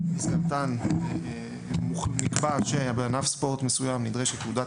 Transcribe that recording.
שבזכותן נקבע שבענף ספורט מסוים נדרשת מידת